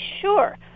sure